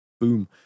Boom